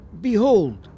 Behold